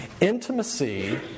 intimacy